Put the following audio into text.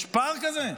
יש פער כזה?